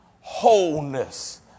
wholeness